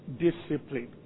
discipline